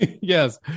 Yes